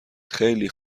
خیلی